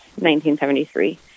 1973